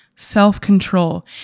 self-control